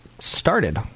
Started